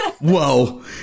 Whoa